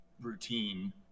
routine